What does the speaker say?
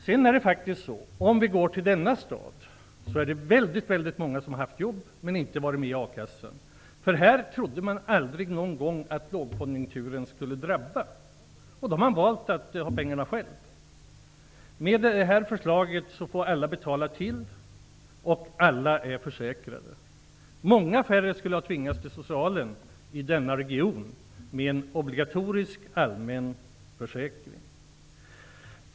Om vi ser på Stockholms stad är det många som har haft jobb men inte varit med i a-kassan. Här trodde man aldrig att lågkonjunkturen skulle drabba. Man har valt att behålla pengarna. Med detta förslag får alla betala och alla är försäkrade. Många färre skulle ha tvingats till socialen i denna region om vi hade haft en obligatorisk, allmän försäkring.